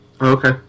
Okay